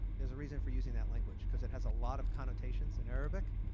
there's a reason for using that language because it has a lot of connotations in arabic.